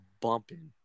bumping